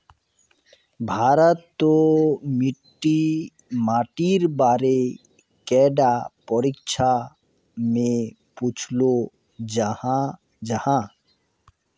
भारत तोत मिट्टी माटिर बारे कैडा परीक्षा में पुछोहो जाहा जाहा?